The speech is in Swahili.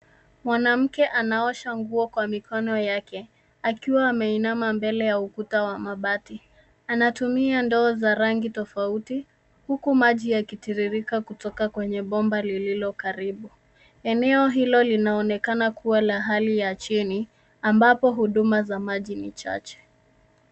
Mwanamke anasafisha nguo kwa mikono yake, akiwa ameinama mbele ya ukuta wa mabati. Anatumia ndoo za rangi tofauti, huku maji yakitiririka kutoka kwenye bomba lililo karibu. Eneo hilo linaonekana kuwa la hali ya chini, ambapo huduma za maji ni chache.